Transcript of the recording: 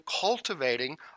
cultivating